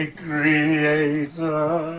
creator